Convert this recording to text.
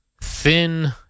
thin